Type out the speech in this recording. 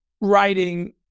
writing